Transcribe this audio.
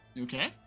Okay